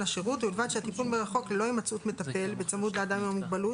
השירות ובלבד שהטיפול מרחוק ללא הימצאות מטפל בצמוד לאדם עם המוגבלות,